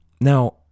Now